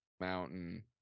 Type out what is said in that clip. mountain